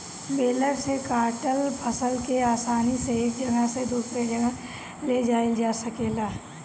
baler से काटल फसल के आसानी से एक जगह से दूसरे जगह ले जाइल जा सकेला